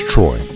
Troy